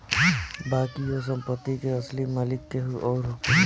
बाकी ओ संपत्ति के असली मालिक केहू अउर होखेला